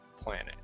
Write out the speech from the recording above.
planet